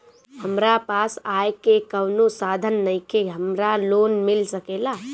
हमरा पास आय के कवनो साधन नईखे हमरा लोन मिल सकेला?